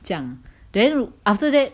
这样 then after that